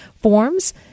forms